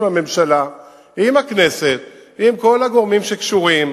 עם הממשלה ועם הכנסת ועם כל הגורמים שקשורים,